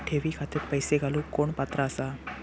ठेवी खात्यात पैसे घालूक कोण पात्र आसा?